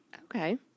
Okay